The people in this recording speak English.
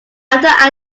after